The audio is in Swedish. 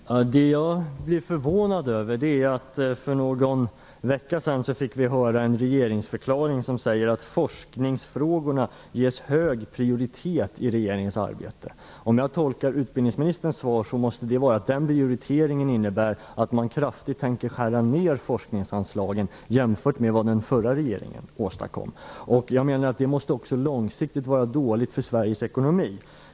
Fru talman! Jag blir litet förvånad. För någon vecka sedan fick vi höra att det i regeringsförklaringen står att forskningsfrågorna ges hög prioritet i regeringens arbete. Om jag har tolkat utbildningsministerns svar rätt, innebär prioriteringen att man avser att kraftigt skära ned forskningsanslagen, jämfört med vad den förra regeringen åstadkom. Det måste vara dåligt för Sveriges ekonomi på lång sikt.